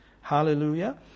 Hallelujah